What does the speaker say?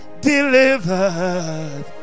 delivered